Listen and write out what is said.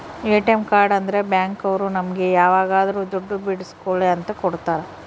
ATM card ಅಂದ್ರ bank ಅವ್ರು ನಮ್ಗೆ ಯಾವಾಗದ್ರು ದುಡ್ಡು ಬಿಡ್ಸ್ಕೊಳಿ ಅಂತ ಕೊಡ್ತಾರ